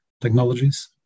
technologies